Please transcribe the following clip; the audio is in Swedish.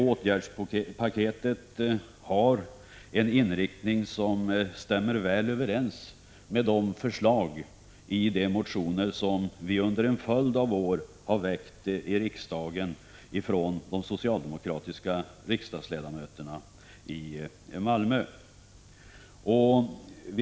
Åtgärdspaketet har en inriktning som stämmer väl överens med de förslag i de motioner som de socialdemokratiska riksdagsledamöterna från Malmö under en följd av år har väckt i riksdagen.